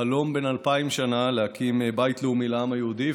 חלום בן אלפיים שנה להקים בית לאומי לעם היהודי,